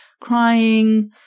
crying